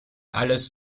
alles